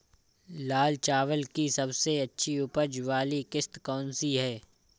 लाल चावल की सबसे अच्छी उपज वाली किश्त कौन सी है?